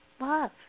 love